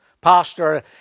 Pastor